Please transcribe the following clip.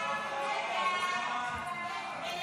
הממשלה על